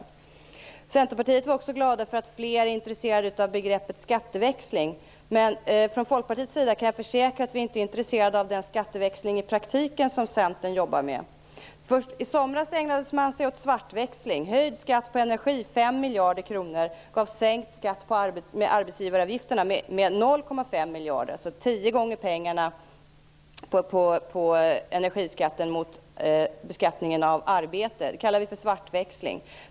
I Centerpartiet är man också glad för att fler är intresserade av begreppet skatteväxling. Men jag kan försäkra att vi från Folkpartiets sida i praktiken inte är intresserade av den skatteväxling som Centern jobbar med. I somras ägnade man sig åt svartväxling. Höjd skatt på energi med 5 miljarder kronor gav sänkta arbetsgivareavgifter med 0,5 miljarder kronor, alltså tio gånger pengarna på energiskatten jämfört med beskattningen av arbete. Det kallar vi för svartväxling.